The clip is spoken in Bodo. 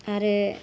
आरो